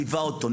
ליווה אותו,